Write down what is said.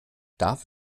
darf